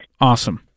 Awesome